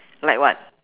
like what